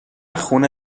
خونه